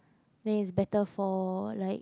then is better for like